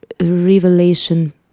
revelation